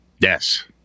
Yes